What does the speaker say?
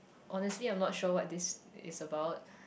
honestly I'm not sure what this is about